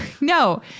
no